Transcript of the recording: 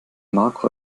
marco